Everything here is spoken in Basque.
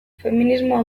feminismoa